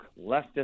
leftist